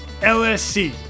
LSC